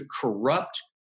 corrupt